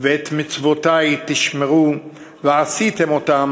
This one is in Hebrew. מסורתיים וחרדים,